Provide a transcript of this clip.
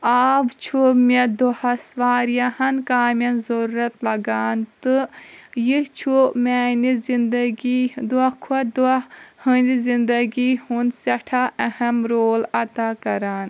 آب چھُ مےٚ دۄہس واریاہن کامٮ۪ن ضرورت لگان تہٕ یہِ چھُ میانہِ زندگی دۄہ کھوٚتہ دۄہ ہٕنٛدِ زندگی ہُنٛد سٮ۪ٹھاہ اہم رول ادا کران